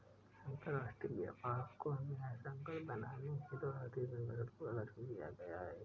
अंतरराष्ट्रीय व्यापार को न्यायसंगत बनाने हेतु आर्थिक संगठनों का गठन किया गया है